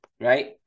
right